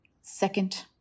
second